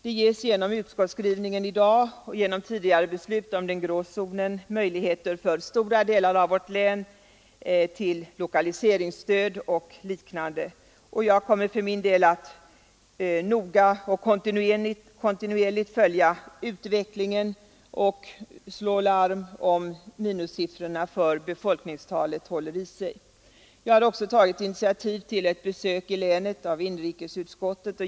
Det ges genom utskottsskrivningen i dag och genom tidigare beslut om den grå zonen möjligheter för stora delar av vårt län att få lokaliseringsstöd o.d. Jag kommer för min del att noga och kontinuerligt följa utvecklingen och slå larm, om minussiffrorna för befolkningstalet håller i sig. Jag har också tagit initiativ till ett besök i länet av inrikesutskottet.